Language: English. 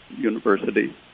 university